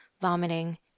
vomiting